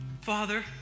Father